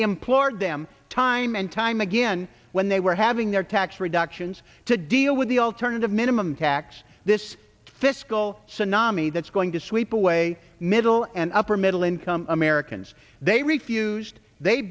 implored them time and time again when they were having their tax reductions to deal with the alternative minimum tax this fiscal tsunami that's going to sweep away middle and upper middle income americans they refused they